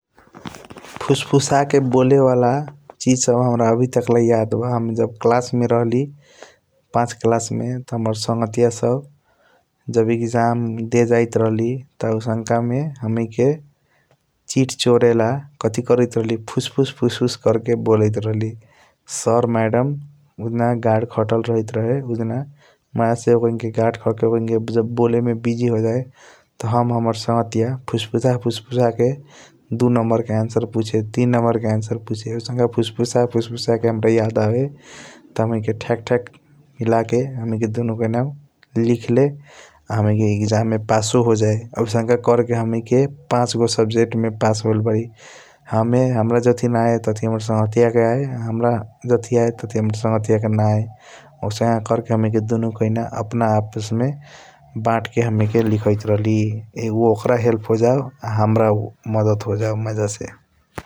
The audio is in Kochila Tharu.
फूस फुसा के बोले वाला चीज सब आवी टाकला हाम्रा याद बा हम जब क्लास मे राहली पाच क्लास मे । त हाम्रा संधातीय सब जब एक्षअम देय जैत रहली त आउसाँका मे हमैके चीट चरेला कथी करैत राहली । फूस फूस कर कर के बोलाइट राहली सर मैडम उजान गार्ड खटल रहाइट रहे उजना मज़ा से । ओकैनके गार्ड खटल ओकैसनक जब बोले मे बजी होजाइट रहे त हम हाम्रा संघटिया फूस फूस के । दु नंबर के ऐन्सर पुक्षे थीन नंबर के ऐन्सर पुक्षे आउससंका फूस फूस के हाम्रा याद आबे । त हमैके थक थक मिलके हामिके दु नु कोईना लेख ले आ हमैके इग्ज़ैम मे पससो होजाइया । आउसनका कर के हमैके पाच गो सब्जेक्ट मे पास होयल बारी हमे हाम्रा जातही न आया ततही हाम्रा संघटिया के। आया हाम्रा जातही आया ततही हाम्रा संघटिया के न आया आउसनक कर के हमैके सुनू कोएना यकापस मे बताके । हमैके लिखाइट रहली ओकर हेल्प होजय हाम्रा मदत होजाऊ मज़ा से ।